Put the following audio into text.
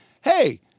hey